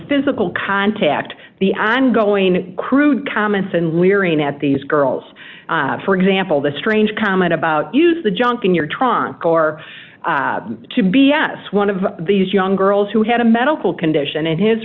physical contact the i'm going crude comments and leering at these girls for example the strange comment about use the junk in your trunk or to b s one of these young girls who had a medical condition and his